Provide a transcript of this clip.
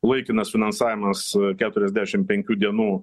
laikinas finansavimas keturiasdešim penkių dienų